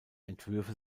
entwürfe